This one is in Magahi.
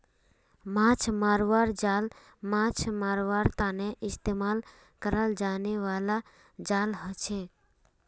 माछ मरवार जाल माछ मरवार तने इस्तेमाल कराल जाने बाला जाल हछेक